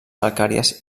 calcàries